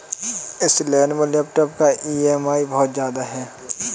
इस Lenovo laptop का EMI बहुत ज्यादा है